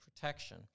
protection